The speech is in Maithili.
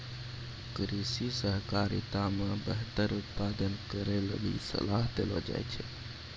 कृषि सहकारिता मे बेहतर उत्पादन करै लेली सलाह देलो जाय छै